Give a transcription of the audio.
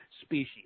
species